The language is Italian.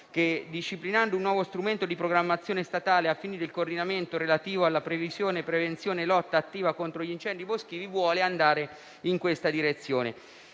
che, disciplinando un nuovo strumento di programmazione statale ai fini del coordinamento relativo alla previsione, prevenzione e lotta attiva contro gli incendi boschivi, vuole andare in questa direzione.